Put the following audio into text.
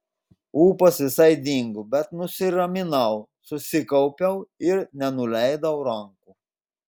ūpas visai dingo bet nusiraminau susikaupiau ir nenuleidau rankų